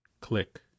Click